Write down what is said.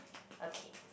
okay